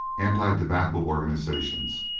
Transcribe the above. anti-tobacco organizations,